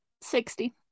Sixty